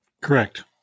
Correct